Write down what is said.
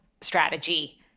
strategy